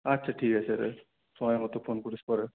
আচ্ছা ঠিক আছে রে সময় মতো ফোন করিস পরে